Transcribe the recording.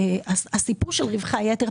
הסיפור של רווחי היתר,